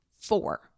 four